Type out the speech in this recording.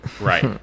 Right